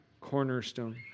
cornerstone